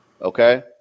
Okay